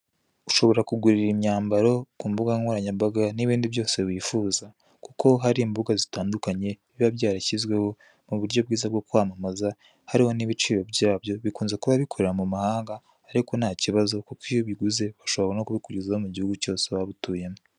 Ushobora kugurira imyambaro ku mbuga nkoranyambaga n'ibindi byose wifuza kuko hari imbuga zitandukanye biba byarashyizweho mu buryo bwiza bwo kwamamaza hariho n'ibiciro byabyo bikunze kuba bikorera mu mahanga ariko ntakibazo kuko iyo ubiguze bashobora no kubikugezaho mu guhugu cyose waba utuyemo.